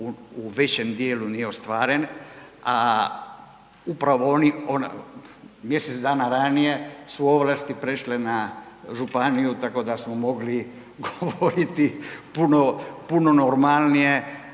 u većem dijelu nije ostvaren, a upravo mjesec dana ranije su ovlasti prešle na županiju tako da smo mogli govoriti puno normalnije